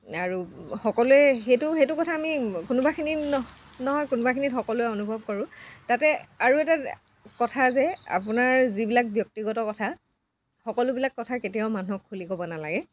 আৰু সকলোৱে সেইটো সেইটো কথা আমি কোনোবাখিনিত নহয় কোনোবাখিনিত সকলোৱে অনুভৱ কৰোঁ তাতে আৰু এটা কথা যে আপোনাৰ যিবিলাক ব্যক্তিগত কথা সকলোবিলাক কথা কেতিয়াও মানুহক খুলি ক'ব নালাগে